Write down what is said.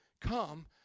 come